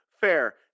fair